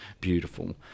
beautiful